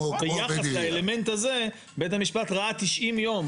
ביחס לאלמנט הזה בית המשפט ראה 90 יום,